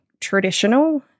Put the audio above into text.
traditional